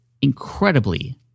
incredibly